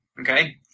okay